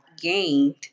gained